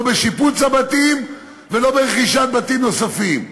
לא לשיפוץ הבתים ולא לרכישת בתים נוספים,